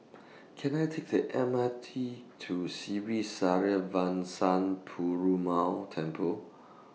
Can I Take The M R T to Sri Srinivasa Perumal Temple